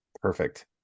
Perfect